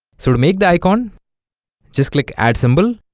so to make the icon just click add symbol